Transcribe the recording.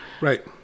Right